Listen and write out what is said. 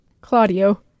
Claudio